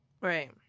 Right